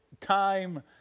time